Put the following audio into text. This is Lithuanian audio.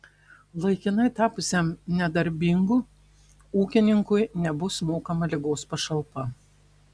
laikinai tapusiam nedarbingu ūkininkui nebus mokama ligos pašalpa